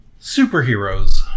superheroes